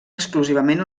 exclusivament